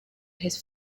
his